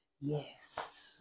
yes